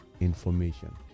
information